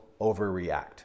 overreact